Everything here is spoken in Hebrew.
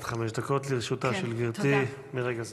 עד חמש דקות לרשותה של גברתי, מרגע זה.